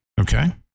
Okay